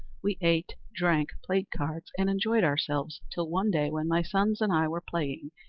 we ate, drank, played cards, and enjoyed ourselves, till one day, when my sons and i were playing,